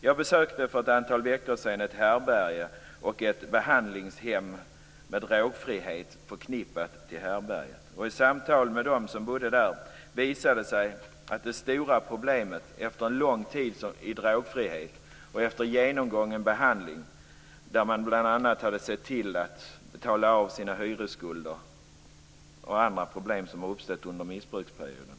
Jag besökte för ett antal veckor sedan ett härbärge och ett behandlingshem med drogfrihet i anslutning till härbärget. Vid samtal med dem som bodde där visade det sig att de hade stora problem efter en lång tid i drogfrihet och efter genomgången behandling. Bl.a. hade de sett till att betala av sina hyresskulder och rättat till andra problem som uppstått under missbruksperioden.